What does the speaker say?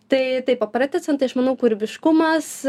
tai taip o pratęsiant tai aš manau kūrybiškumas